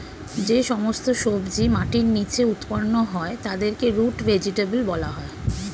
যে সমস্ত সবজি মাটির নিচে উৎপন্ন হয় তাদেরকে রুট ভেজিটেবল বলা হয়